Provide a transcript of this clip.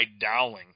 Dowling